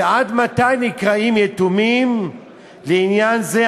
ועד מתי נקראים יתומים לעניין זה?